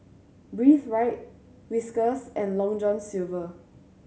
Breathe Right Whiskas and Long John Silver